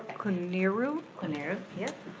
koneru? koneru, yeah.